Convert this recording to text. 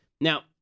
Now